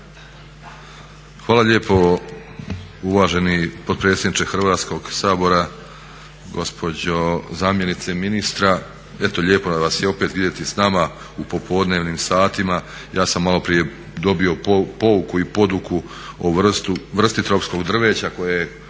Hvala lijepo uvaženi potpredsjedniče Hrvatskog sabora, gospođo zamjenice ministra. Eto lijepo vas je opet vidjeti sa nama u popodnevnim satima. Ja sam malo prije dobio pouku i poduku o vrsti tropskog drveća koje je